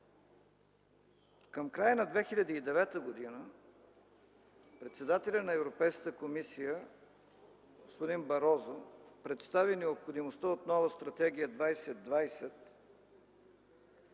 Към края на 2009 г. председателят на Европейската комисия господин Барозу представи необходимостта от нова „Стратегия 2020”